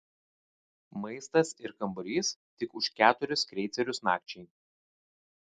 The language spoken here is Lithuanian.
maistas ir kambarys tik už keturis kreicerius nakčiai